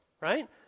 right